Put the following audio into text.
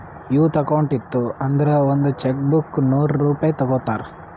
youth account ಇತ್ತು ಅಂದುರ್ ಒಂದ್ ಚೆಕ್ ಬುಕ್ಗ ನೂರ್ ರೂಪೆ ತಗೋತಾರ್